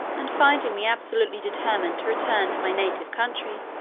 and finding me absolutely determined to return to my native country,